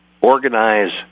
organize